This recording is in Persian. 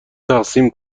تقسیم